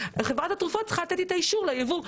חברת התרופות צריכה לתת לי את האישור ליבוא.